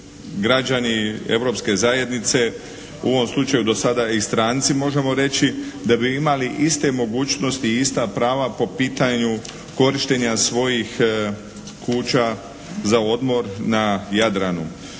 građani Europske zajednice u ovom slučaju do sada i stranci možemo reći da bi imali iste mogućnosti i ista prava po pitanju korištenja svojih kuća za odmor na Jadranu.